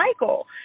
Michael